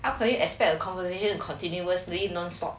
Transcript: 它可以 expect a conversation continuously nonstop